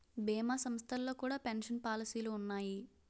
భీమా సంస్థల్లో కూడా పెన్షన్ పాలసీలు ఉన్నాయి